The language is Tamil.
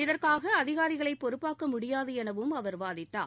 இதற்காக அதிகாரிகளை பொறுப்பாக்க முடியாது எனவும் அவர் வாதிட்டார்